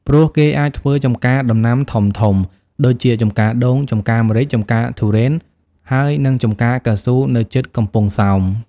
ព្រោះគេអាចធ្វើចំការដំណាំធំៗ ដូចជាចំការដូង ចំការម្រេច ចំការធូរេន ហើយនិងចំការកៅស៊ូនៅជិតកំពង់ សោម ។